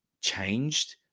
changed